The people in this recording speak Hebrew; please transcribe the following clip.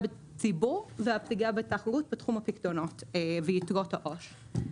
בציבור והפגיעה בתחרות בתחום הפיקדונות ויתרות העו"ש.